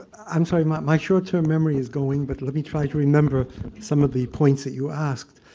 i'm sorry. my short-term memory is going, but let me try to remember some of the points that you asked.